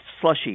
slushy